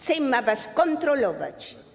Sejm ma was kontrolować.